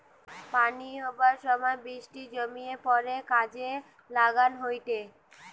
পানি হবার সময় বৃষ্টি জমিয়ে পড়ে কাজে লাগান হয়টে